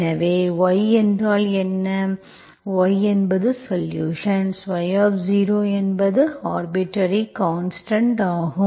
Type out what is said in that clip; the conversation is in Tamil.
எனவே y என்றால் என்ன y என்பது சொலுஷன்ஸ் y0 என்பது ஆர்பிட்டர்ரி கான்ஸ்டன்ட் ஆகும்